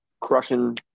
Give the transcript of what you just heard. crushing